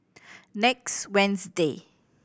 next Wednesday